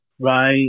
Right